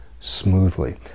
smoothly